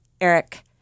Eric